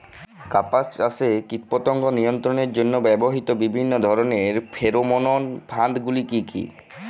কাপাস চাষে কীটপতঙ্গ নিয়ন্ত্রণের জন্য ব্যবহৃত বিভিন্ন ধরণের ফেরোমোন ফাঁদ গুলি কী?